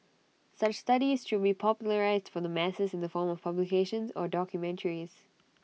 such studies should be popularised for the masses in the form of publications or documentaries